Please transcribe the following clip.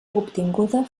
obtinguda